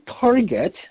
target